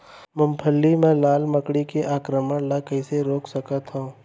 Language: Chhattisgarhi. मूंगफली मा लाल मकड़ी के आक्रमण ला कइसे रोक सकत हन?